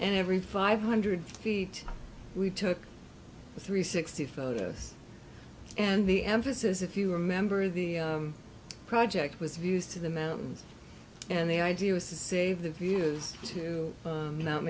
and every five hundred feet we took three sixty photos and the emphasis if you remember the project was views to the mountains and the idea was to save the view is to